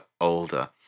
older